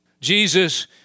Jesus